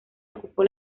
ocupó